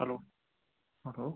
hello hello